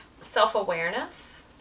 self-awareness